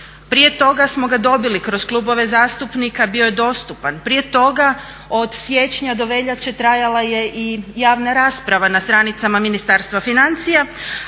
prije toga smo ga dobili kroz klubove zastupnika, bio je dostupan, prije toga od siječnja do veljače trajala je i javna rasprava na stranicama Ministarstva financija,